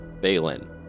Balin